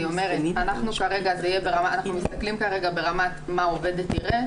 אני אומרת: אנחנו מסתכלים כרגע ברמה של מה העובדת תראה,